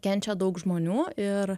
kenčia daug žmonių ir